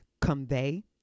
convey